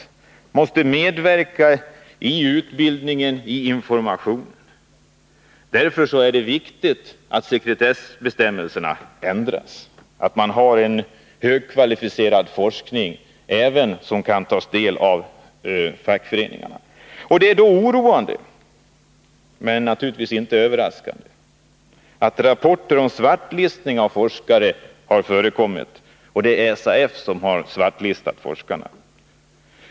Fackföreningarna måste medverka i utbildningen och i informationen. Därför är det viktigt att sekretessbestämmelserna ändras, så att även fackföreningarna kan ta del av en högkvalificerad forsknings resultat. Det är oroande men naturligtvis inte överraskande att svartlistning av forskare har förekommit. Det är SAF som har svartlistat vissa forskare.